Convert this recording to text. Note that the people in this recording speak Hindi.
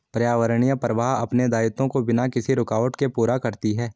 पर्यावरणीय प्रवाह अपने दायित्वों को बिना किसी रूकावट के पूरा करती है